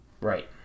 right